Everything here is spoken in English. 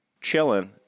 chilling